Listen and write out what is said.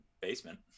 basement